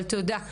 נכון.